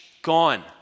Gone